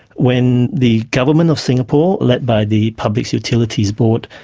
when the government of singapore led by the public utilities board,